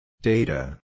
Data